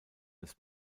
des